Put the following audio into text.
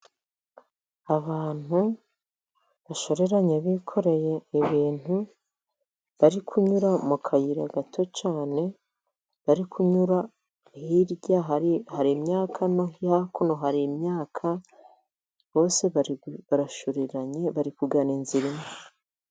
Abantu bashoreranye bikoreye ibintu bari kunyura mu kayira gato cyane, bari kunyura hirya hari imyaka no hakuno hari imyaka. Bose barashoreranye bari kugana inzira imwe.